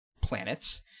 planets